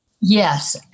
Yes